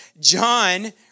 John